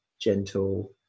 gentle